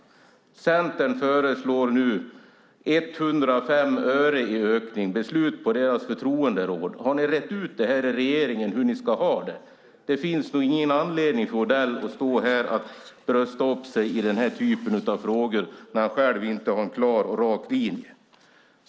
Centern föreslår nu 105 öre i ökning enligt beslut på deras förtroenderåd. Har ni rett ut i regeringen hur ni ska ha det? Det finns ingen anledning för Odell att här brösta upp sig i den här typen av frågor när han själv inte har någon klar och rak linje.